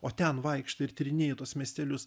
o ten vaikštai ir tyrinėji tuos miestelius